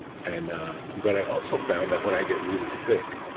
and but i also found that when i get really sick,